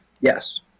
Yes